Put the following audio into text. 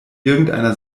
irgendeiner